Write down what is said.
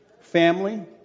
family